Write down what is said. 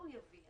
(היו"ר משה